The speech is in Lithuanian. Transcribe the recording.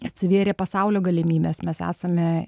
atsivėrė pasaulio galimybės mes esame